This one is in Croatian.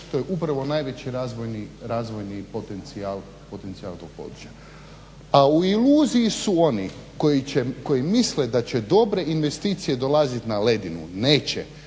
to je upravo najveći razvojni potencijal tog područja. A u iluziji su oni koji će, koji misle da će dobre investicije dolaziti na ledinu, neće,